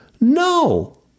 No